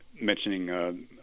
mentioning